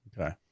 Okay